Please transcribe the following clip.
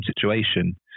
situation